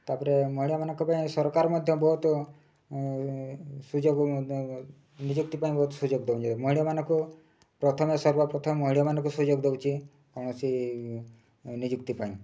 ତା'ପରେ ମହିଳାମାନଙ୍କ ପାଇଁ ସରକାର ମଧ୍ୟ ବହୁତ ସୁଯୋଗ ନିଯୁକ୍ତି ପାଇଁ ବହୁତ ସୁଯୋଗ ଦେଉଛି ମହିଳାମାନଙ୍କୁ ପ୍ରଥମେ ସର୍ବପ୍ରଥମେ ମହିଳାମାନଙ୍କୁ ସୁଯୋଗ ଦେଉଛି କୌଣସି ନିଯୁକ୍ତି ପାଇଁ